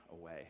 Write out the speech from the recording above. away